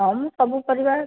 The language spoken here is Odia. ହଉ ମୁଁ ସବୁ ପରିବା